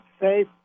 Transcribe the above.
safe